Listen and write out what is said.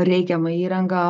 reikiama įranga